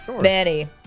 Manny